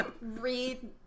read